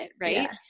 Right